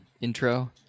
intro